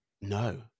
No